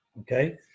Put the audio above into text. okay